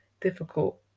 difficult